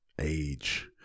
age